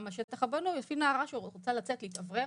גם השטח הבנוי יש לי נערה שרוצה לצאת להתאוורר,